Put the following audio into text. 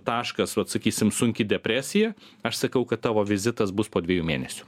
taškas vat sakysim sunki depresija aš sakau kad tavo vizitas bus po dviejų mėnesių